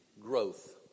growth